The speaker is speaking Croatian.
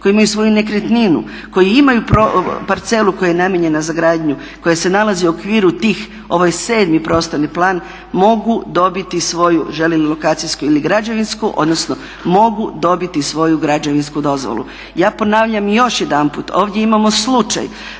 koji imaju svoju nekretninu, koji imaju parcelu koja je namijenjena za gradnju i koja se nalazi u okviru tih, ovo 7. prostorni plan, mogu dobiti svoju žele li lokacijsku ili građevinsku odnosno mogu dobiti svoju građevinsku dozvolu. Ja ponavljam još jedanput ovdje imamo slučaj